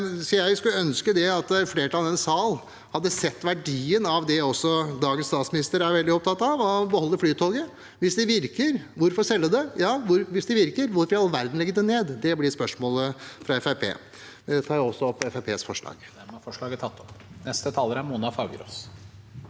Jeg skulle ønske at flertallet i denne sal hadde sett verdien av det også dagens statsminister er veldig opptatt av: å beholde Flytoget. Hvis det virker, hvorfor selge det? Ja, hvis det virker, hvorfor i all verden legge det ned? Det blir spørsmålet fra Fremskrittspartiet. Jeg tar opp